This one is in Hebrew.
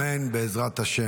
אמן, בעזרת ה'.